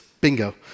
bingo